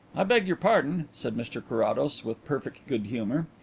i beg your pardon, said mr carrados, with perfect good-humour.